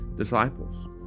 disciples